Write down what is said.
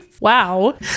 wow